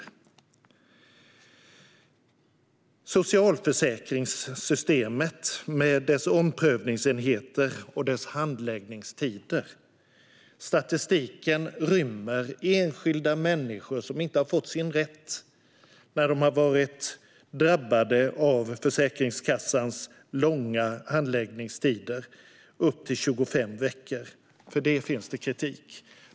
När det gäller socialförsäkringssystemet med dess omprövningsenheter och handläggningstider rymmer statistiken enskilda människor som inte har fått sin rätt tillgodosedd när de har varit drabbade av Försäkringskassans långa handläggningstider - upp till 25 veckor. För detta finns det kritik.